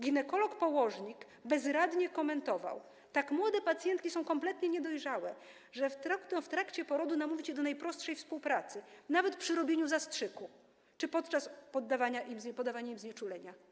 Ginekolog położnik bezradnie komentował: Tak młode pacjentki są kompletnie niedojrzałe, trudno w trakcie porodu namówić je do najprostszej współpracy, nawet przy robieniu zastrzyku czy podczas podawania im znieczulenia.